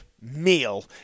meal